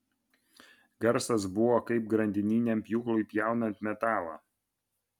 garsas buvo kaip grandininiam pjūklui pjaunant metalą